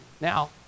Now